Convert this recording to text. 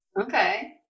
Okay